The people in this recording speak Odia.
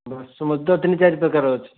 ବାସମତି ତ ତିନି ଚାରି ପ୍ରକାରର ଅଛି